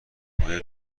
های